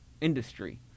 industry